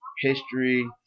History